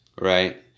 Right